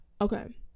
Okay